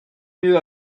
mieux